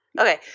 Okay